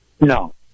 No